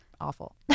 awful